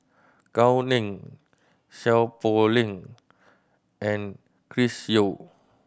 Gao Ning Seow Poh Leng and Chris Yeo